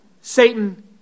Satan